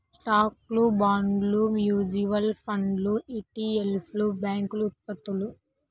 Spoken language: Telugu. స్టాక్లు, బాండ్లు, మ్యూచువల్ ఫండ్లు ఇ.టి.ఎఫ్లు, బ్యాంక్ ఉత్పత్తులు